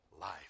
life